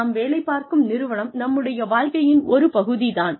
நாம் வேலை பார்க்கும் நிறுவனம் நம்முடைய வாழக்கையின் ஒரு பகுதி தான்